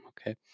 okay